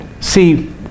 See